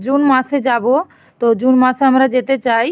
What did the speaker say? June মাসে যাব তো জুন মাসে আমরা যেতে চাই